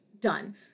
done